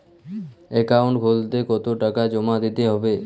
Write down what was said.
Account খুলতে কতো টাকা জমা দিতে হবে?